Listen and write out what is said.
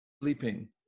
sleeping